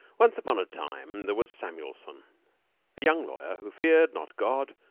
once upon a time there was samuelson, a young lawyer, who feared not god,